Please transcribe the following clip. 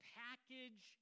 package